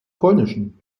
polnischen